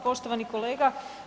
Poštovani kolega.